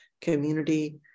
community